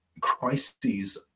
crises